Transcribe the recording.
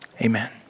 Amen